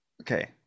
Okay